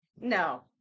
No